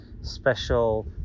special